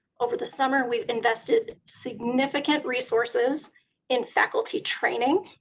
over the summer we've invested significant resources in faculty training.